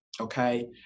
okay